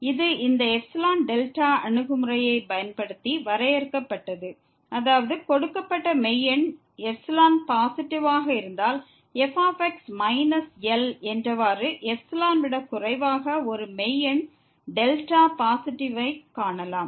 இது இந்த epsilon delta அணுகுமுறையைப் பயன்படுத்தி வரையறுக்கப்பட்டது அதாவது கொடுக்கப்பட்ட மெய் எண் எப்சிலான் பாசிட்டிவ்வாக இருந்தால் f மைனஸ் L எப்சிலோன் விட குறைவாக ஒரு மெய் எண் டெல்டா பாசிட்டிவ்வைக் காணலாம்